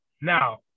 Now